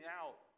out